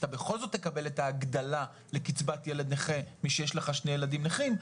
אתה בכל זאת תקבל את ההגדלה לקצבת ילד נכה משיש לך שני ילדים נכים,